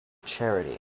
charity